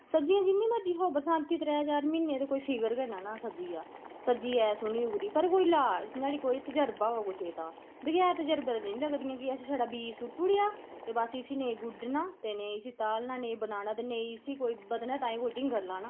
सब्ज़ियां जि'न्नियां मरजी खाओ बरसांती त्रैऽ चार म्हीनें ते कोई फिगर न'ना सब्ज़ी दा सब्ज़ी एह् सोह्नी उगदी पर कोई लाह् न्हाड़ी कोई तजरबा होग कुसै गी तां बगैर तजरबे ते नेईं लगदियां क्योंकि असें छड़ा बीऽ सुट्टू उड़ेआ ते बस इसी नेईं गुड्ढना ते नेईं इसी तालना नेईं बनाना ते नेईं इसी कोई बधने ताहीं कोई टिंगर लाना